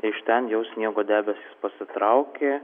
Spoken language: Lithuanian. iš ten jau sniego debesys pasitraukė